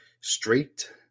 straight